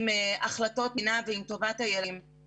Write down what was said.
אני שמעתי הרבה מנהלי פעוטונים שטוענים שהבירוקרטיה